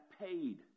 paid